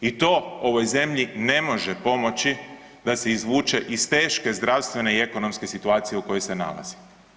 I to ovoj zemlji ne može pomoći da se izvuče iz teške i zdravstvene i ekonomske situacije u kojoj se nalazi.